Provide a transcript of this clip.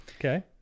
Okay